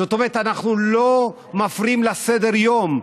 זאת אומרת, אנחנו לא מפריעים לסדר-היום,